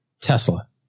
Tesla